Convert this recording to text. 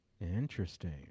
Interesting